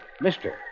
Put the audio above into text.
Mister